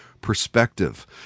perspective